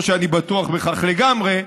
לא שאני בטוח בכך לגמרי,